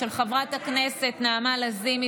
של חברת הכנסת נעמה לזימי,